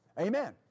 Amen